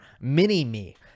mini-me